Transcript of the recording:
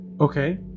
Okay